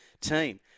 team